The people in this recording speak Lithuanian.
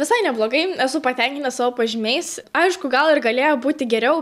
visai neblogai esu patenkinta savo pažymiais aišku gal ir galėjo būti geriau